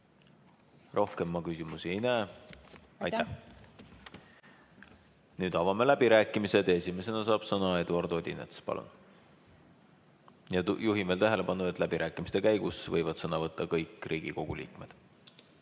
Rohkem küsimusi ma ei näe. Nüüd avame läbirääkimised ja esimesena saab sõna Eduard Odinets. Palun! Ja juhin veel tähelepanu, et läbirääkimiste käigus võivad sõna võtta kõik Riigikogu liikmed.